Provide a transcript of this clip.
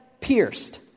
pierced